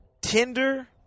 Tinder